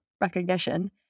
recognition